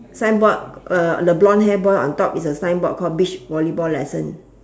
signboard uh the blonde hair boy on top is a signboard call beach volleyball lesson